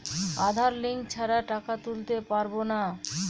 আধার link ছাড়া টাকা তুলতে পারব না?